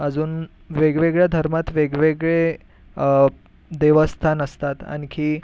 अजून वेगवेगळ्या धर्मात वेगवेगळे देवस्थान असतात आणखी